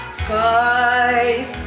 skies